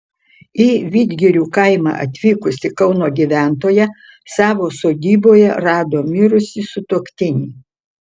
į vidgirių kaimą atvykusi kauno gyventoja savo sodyboje rado mirusį sutuoktinį